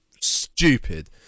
stupid